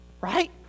Right